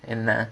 என்ன:enna